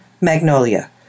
Magnolia